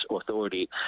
authority